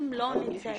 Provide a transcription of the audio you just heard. לא נצא